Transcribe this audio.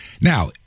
Now